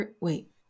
wait